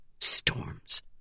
Storms